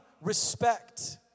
respect